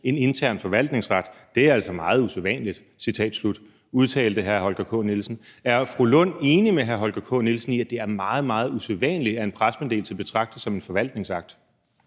en intern forvaltningsakt. Det er altså meget usædvanligt. Det udtalte hr. Holger K. Nielsen. Er fru Rosa Lund enig med Holger K. Nielsen i, at det er meget, meget usædvanligt, at en pressemeddelelse betragtes som en forvaltningsakt?